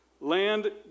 Land